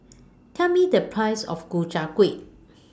Tell Me The Price of Ku Chai Kuih